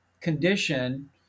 condition